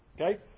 Okay